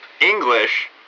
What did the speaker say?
English